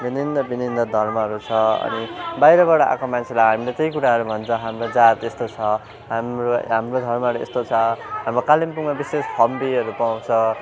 विभिन्न विभिन्न धर्महरू छ अनि बाहिरबाट आएको मान्छेलाई हामी त्यही कुराहरू भन्छौँ हाम्रो जात यस्तो छ हाम्रो हाम्रो धर्महरू यस्तो छ हाम्रो कालिम्पोङमा विशेष फम्बीहरू पाउँछ